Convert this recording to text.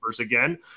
again